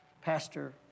Pastor